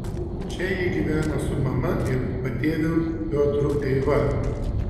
čia ji gyveno su mama ir patėviu piotru eiva